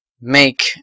make